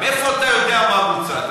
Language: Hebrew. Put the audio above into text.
מאיפה אתה יודע מה בוצע?